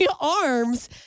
arms